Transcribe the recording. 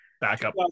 Backup